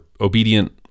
obedient